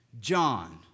John